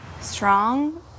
Strong